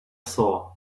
saw